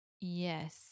yes